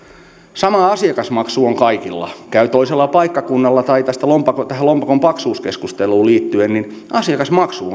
sama asiakasmaksu on kaikilla käy toisella paikkakunnalla ja tähän lompakon paksuuskeskusteluun liittyen asiakasmaksu